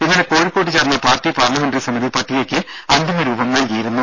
ഇന്നലെ കോഴിക്കോട്ട് ചേർന്ന പാർട്ടി പാർലമെന്ററി സമിതി പട്ടികയ്ക്ക് അന്തിമരൂപം നൽകിയിരുന്നു